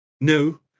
No